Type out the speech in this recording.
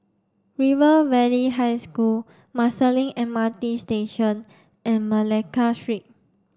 River Valley High School Marsiling M R T Station and Malacca Street